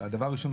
הדבר הראשון,